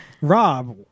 Rob